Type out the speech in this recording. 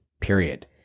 period